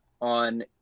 on